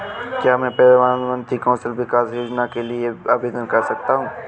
क्या मैं प्रधानमंत्री कौशल विकास योजना के लिए आवेदन कर सकता हूँ?